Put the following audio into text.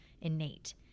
innate